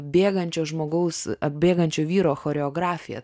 bėgančio žmogaus atbėgančio vyro choreografija